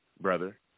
brother